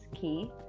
key